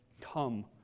come